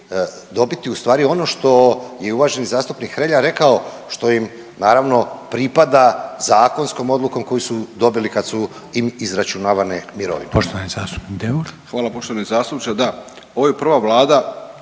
dobiti ustvari ono što je uvaženi zastupnik Hrelja rekao, što im naravno, pripada zakonskom odlukom koju su dobili kad su im izračunavane mirovine. **Reiner, Željko (HDZ)** Poštovani zastupnik Deur. **Deur, Ante